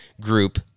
group